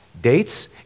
dates